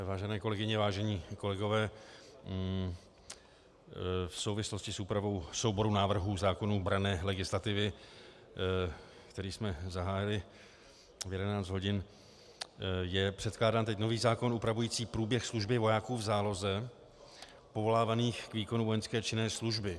Vážené kolegyně, vážení kolegové, v souvislosti s úpravou souboru návrhů zákonů branné legislativy, který jsme zahájili v 11 hodin, je předkládán teď nový zákon upravující průběh služby vojáků v záloze povolávaných k výkonu vojenské činné služby.